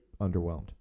underwhelmed